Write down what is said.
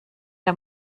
der